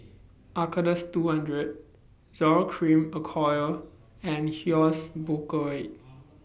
Acardust two hundred Zoral Cream Acyclovir and Hyoscine